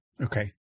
Okay